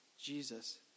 Jesus